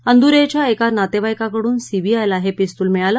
अंदुरेच्या एका नातेवाईकाकडून सीबीआयला हे पिस्तूल मिळालं